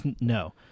No